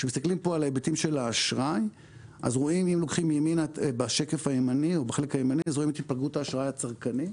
כשמסתכלים על ההיבטים של האשראי אז רואים את התפלגות האשראי הצרכני.